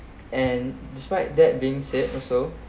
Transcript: and despite that being said also